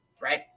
right